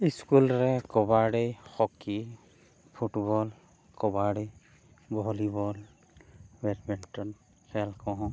school ᱨᱮ kabaddi hockey football kabaddi volleyball badminton ᱠᱷᱮᱞ ᱠᱚᱦᱚᱸ